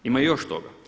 Imaj još toga.